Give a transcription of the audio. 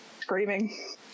screaming